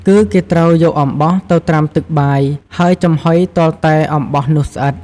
គឺគេត្រូវយកអំបោះទៅត្រាំទឹកបាយហើយចំហុយទាល់តែអំបោះនោះស្អិត។